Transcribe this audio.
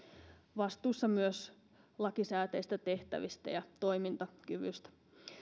vastuussa myös lakisääteisistä tehtävistä ja toimintakyvystä